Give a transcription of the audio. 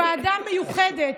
ועדה מיוחדת,